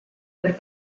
per